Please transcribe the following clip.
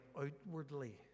outwardly